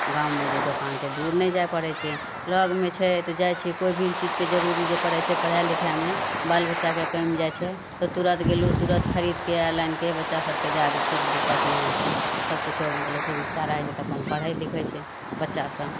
गाममे जे दोकान छै दूर नहि जा पड़ै छै लगमे छै तऽ जाइ छिए कोइ भी चीजके जरूरी जे पड़ै छै पढ़ाइ लिखाइमे बालबच्चाकेँ कमि जाइ छै तऽ तुरन्त गेलहुँ तुरन्त खरिदके आनिके बच्चा सभकेँ दै दै छिए तऽ दिक्कत नहि होइ छै सबकिछु मतलब सुभिस्ता रहै छै तऽ अपन पढ़ै लिखै छै बच्चासभ